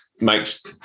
makes